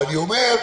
אבל אני אומר,